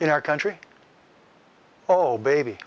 in our country oh baby